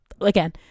again